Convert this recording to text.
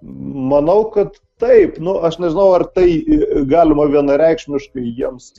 manau kad taip nu aš nežinau ar tai galima vienareikšmiškai jiems